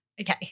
Okay